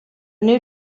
new